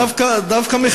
לא, היא דווקא מחייכת.